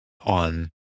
on